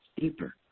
deeper